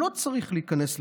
לא צריך להיכנס לבידוד.